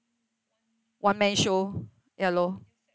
one man show ya loh